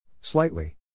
Slightly